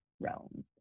realms